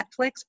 Netflix